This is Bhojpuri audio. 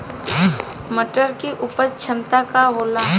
मटर के उपज क्षमता का होला?